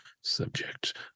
subject